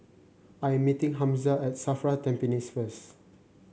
I am meeting Hamza at Safra Tampines first